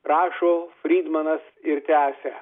rašo frydmanas ir tęsia